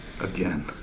Again